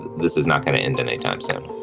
this is not going to end anytime soon